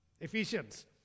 Ephesians